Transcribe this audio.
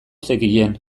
zekien